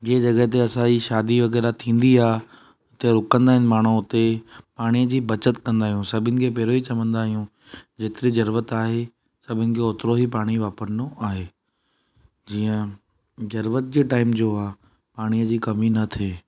जे जगहि ते असांजी शादी वग़ैरह थींदी आहे त रूकंदा आहिनि माण्हू हुते पाणीअ जी बचति कंदा आहियूं सभिनि खे पहिरियों ही चवंदा आहियूं जेतिरी ज़रूरत आहे सभिनि खे ओतिरो ही पाणी वापिरणो आहे जीअं ज़रूरत जे टाइम जो आहे पाणीअ जी कमी न थिए